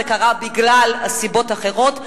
זה קרה מסיבות אחרות,